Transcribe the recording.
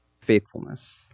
faithfulness